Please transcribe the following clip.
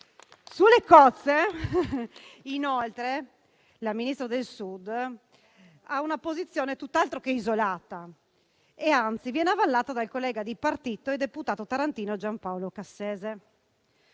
Sulle cozze, inoltre, la Ministra del Sud ha una posizione tutt'altro che isolata, che anzi viene avallata dal collega di partito e deputato tarantino Giampaolo Cassese.